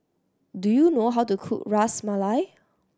do you know how to cook Ras Malai